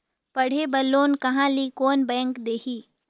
पढ़े बर लोन कहा ली? कोन बैंक देही?